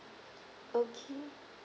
okay